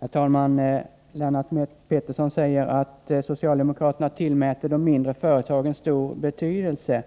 Herr talman! Lennart Pettersson säger att socialdemokraterna tillmäter de mindre företagen stor betydelse.